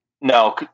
No